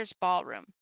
Ballroom